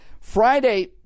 Friday